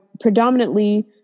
predominantly